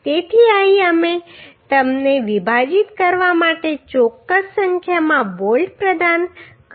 તેથી અહીં અમે તેમને વિભાજિત કરવા માટે ચોક્કસ સંખ્યામાં બોલ્ટ પ્રદાન કર્યા છે